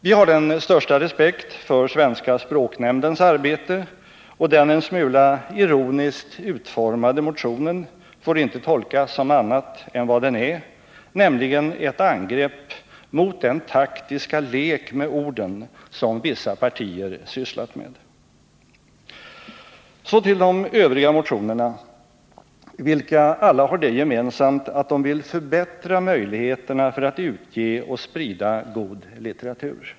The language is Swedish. Vi har den största respekt för Svenska språknämndens arbete, och den en smula ironiskt utformade motionen får inte tolkas som annat än vad den är, nämligen ett angrepp mot den taktiska lek med orden som vissa partier sysslat med. Så till de övriga motionerna, vilka alla har det gemensamt att de vill förbättra möjligheterna för att utge och sprida god litteratur.